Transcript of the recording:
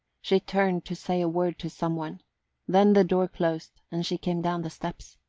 she turned to say a word to some one then the door closed, and she came down the steps.